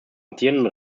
amtierenden